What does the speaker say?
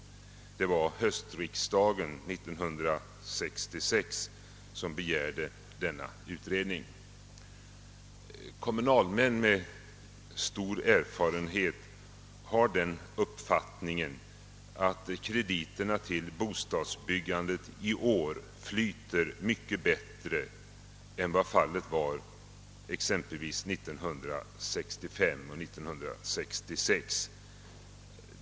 Det var höstriksdagen 1966, som begärde denna utredning. Kommunalmän med stor erfarenhet har den uppfattningen att krediterna till bostadsbyggandet i år flyter mycket bättre än exempelvis 1965 och 1966.